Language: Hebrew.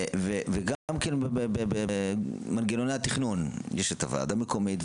גם במנגנוני התכנון יש ועדה מקומית,